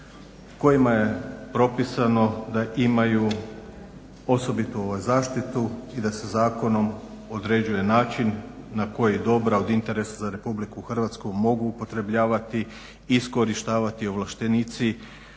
kojima je propisano da imaju osobitu zaštitu i da se zakonom određuje način na koji dobra od interesa za RH mogu upotrebljavati i iskorištavati ovlaštenici